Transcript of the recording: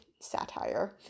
satire